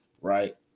right